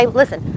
listen